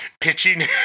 pitching